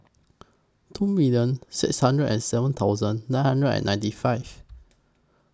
two million six hundred and seven thousand nine hundred and ninety five